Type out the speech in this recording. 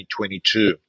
2022